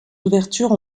ouvertures